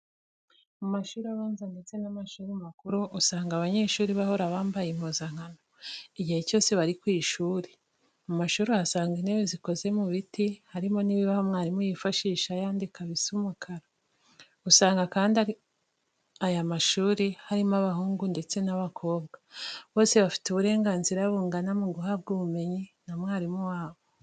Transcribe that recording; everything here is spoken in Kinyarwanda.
Mu mashuri abanza ndetse n'amashuri makuru, usanga abanyeshuri bahora bambaye impuzankano igihe cyose bari kw'ishuri. Mu mashuri uhasanga intebe zikoze mu biti, harimo n'ibibaho mwarimu yifashisha yandika bisa umukara. Usanga kandi muri aya mashuri harimo abahungu ndetse n'abakombwa, bose bafite uburenganzira bungana muguhabwa ubumenyi na mwarimu wabo.